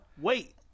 Wait